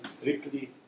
strictly